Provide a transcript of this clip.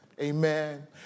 Amen